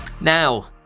Now